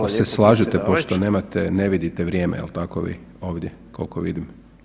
Jel se slažete pošto nemate, ne vidite vrijeme jel tako vi ovdje kolko vidim?